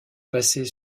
passait